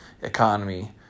economy